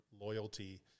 loyalty